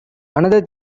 another